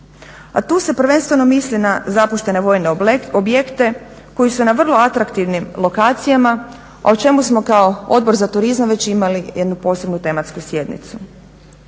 A tu se prvenstveno misli na zapuštene vojne objekte koji su na vrlo atraktivnim lokacijama o čemu smo kao Odbor za turizam već imali jednu posebnu tematsku sjednicu.